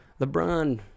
LeBron